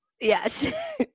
Yes